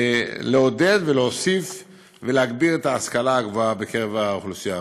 לעודד ולהוסיף ולהגביר את ההשכלה הגבוהה בקרב האוכלוסייה הערבית.